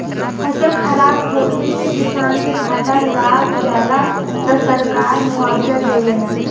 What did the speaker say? फसल खराब होखे से किसान के घाटा लाग जाला त सरकार मुआबजा देवेला